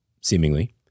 seemingly